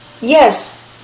Yes